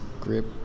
grip